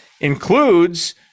Includes